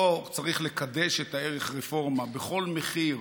לא צריך לקדש את ערך הרפורמה בכל מחיר,